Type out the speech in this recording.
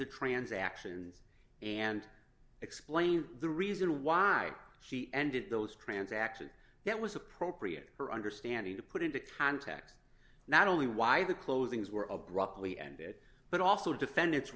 the transactions and explained the reason why she ended those transaction that was appropriate her understanding to put into context not only why the closings were abruptly ended but also defend